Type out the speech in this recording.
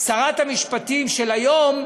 שרת המשפטים של היום,